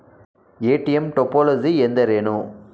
ATM topology ಎಂದರೇನು?